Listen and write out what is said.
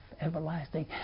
everlasting